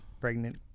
pregnant